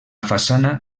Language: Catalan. façana